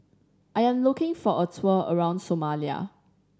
I am looking for a tour around Somalia